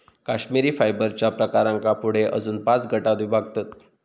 कश्मिरी फायबरच्या प्रकारांका पुढे अजून पाच गटांत विभागतत